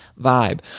vibe